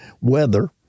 weather